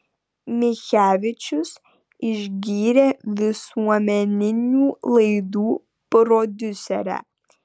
michevičius išgyrė visuomeninių laidų prodiuserę